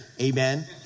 amen